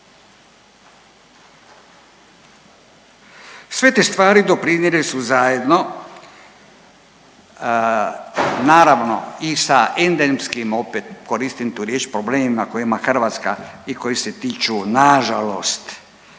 Sve te stvari doprinijele su zajedno naravno i sa endemskim opet koristim tu riječ problemima koje ima Hrvatska i koji se tiču nažalost,